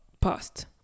past